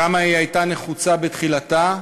כמה היא הייתה נחוצה בתחילתה,